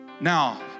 Now